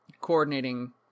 coordinating